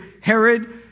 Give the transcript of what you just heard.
Herod